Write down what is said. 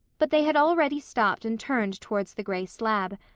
but they had already stopped and turned towards the gray slab.